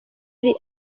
ari